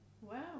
Wow